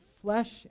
Flesh